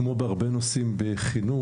כמו בהרבה נושאים בחינוך,